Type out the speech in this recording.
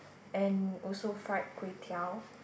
and also fried kway-teow